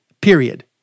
period